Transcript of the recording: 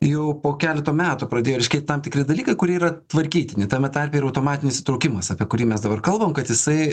jau po keleto metų pradėjo ryškėt tam tikri dalykai kurie yra tvarkytini tame tarpe ir automatinis įtraukimas apie kurį mes dabar kalbam kad jisai